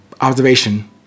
observation